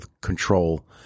control